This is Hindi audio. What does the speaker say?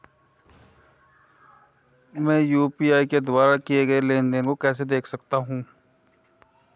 मैं यू.पी.आई के द्वारा किए गए लेनदेन को कैसे देख सकता हूं?